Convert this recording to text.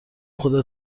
خودت